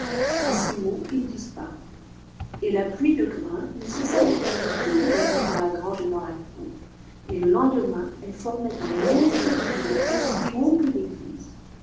a ces mots il disparut et la pluie de grams ne cessa de tomber toute la nuit dans la grange et dans la cour et le lendemain elle formait un monceau de blé aussi haut que l'église